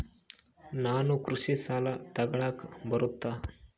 ನಾನು ಕೃಷಿ ಸಾಲ ತಗಳಕ ಬರುತ್ತಾ?